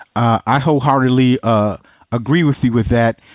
i wholeheartedly ah agree with you with that.